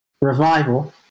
revival